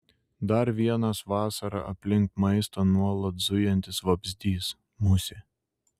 dar vienas vasarą aplink maistą nuolat zujantis vabzdys musė